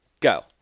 Go